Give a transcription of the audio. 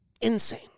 insane